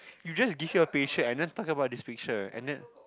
you just give your picture and then talk about this picture and then